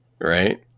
right